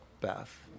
Beth